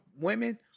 women